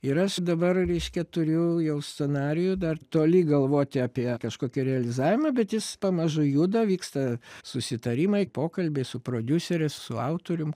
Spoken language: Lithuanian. ir aš dabar reiškia turiu jau scenarijų dar toli galvoti apie kažkokį realizavimą bet jis pamažu juda vyksta susitarimai pokalbiai su prodiusere su autorium